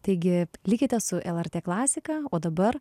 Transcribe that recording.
taigi likite su lrt klasika o dabar